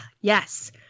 Yes